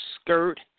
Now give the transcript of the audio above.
skirt